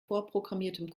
vorprogrammierten